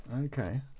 okay